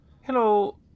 Hello